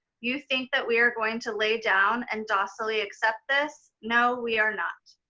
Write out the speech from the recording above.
you think that we are going to lay down and docilely accept this? no, we are not.